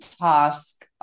task